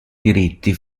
diritti